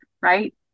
right